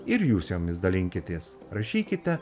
ir jūs jomis dalinkitės rašykite